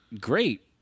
great